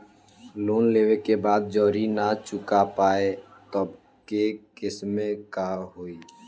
Loan लेवे के बाद जड़ी ना चुका पाएं तब के केसमे का होई?